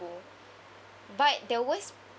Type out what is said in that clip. but the worst